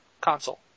console